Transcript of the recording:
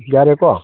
ꯌꯥꯔꯦꯀꯣ